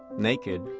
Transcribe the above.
naked,